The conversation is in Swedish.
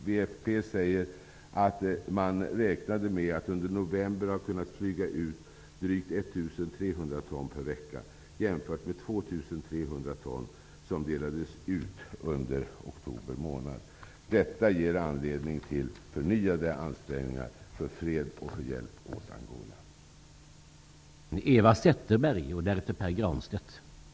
WFP säger att man under november räknade med att kunna flyga ut drygt Detta ger anledning till förnyade ansträngningar för fred och hjälp åt Angola.